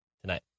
tonight